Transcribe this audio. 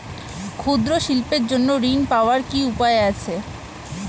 ক্ষুদ্র শিল্পের জন্য ঋণ পাওয়ার কি উপায় আছে?